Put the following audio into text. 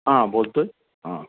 हां बोलतो आहे हां